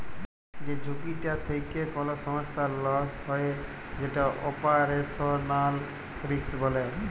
যে ঝুঁকিটা থেক্যে কোল সংস্থার লস হ্যয়ে যেটা অপারেশনাল রিস্ক বলে